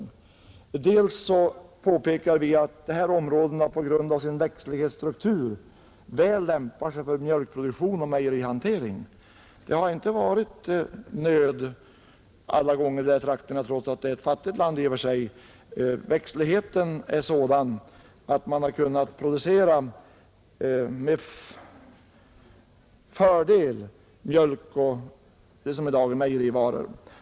Vi påpekar också i motionen att dessa områden på grund av sin växtlighetsstruktur väl lämpar sig för mjölkproduktion och mejerinäring. Det har inte fordom rått nöd i dessa trakter, trots att landsdelen i och för sig är fattig. Växtligheten är sådan att man med fördel har kunnat producera mjölk och det som i dag är mejerivaror.